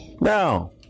Now